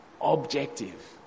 objective